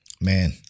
Man